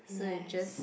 so is just